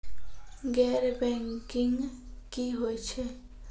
गैर बैंकिंग की होय छै?